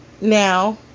Now